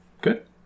Good